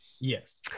Yes